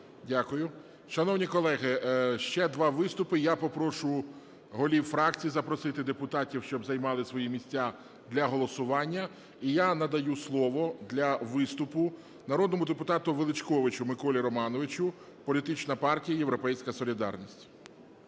Дякую. Шановні колеги, ще два виступи і я попрошу голів фракцій запросити депутатів, щоб займали свої місця для голосування. І я надаю слово для виступу народному депутату Величковичу Миколі Романовичу, політична партія "Європейська солідарність".